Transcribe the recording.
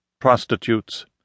prostitutes